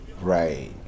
Right